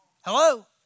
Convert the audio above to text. Hello